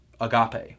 agape